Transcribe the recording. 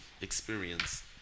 experience